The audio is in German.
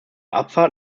abfahrt